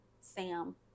sam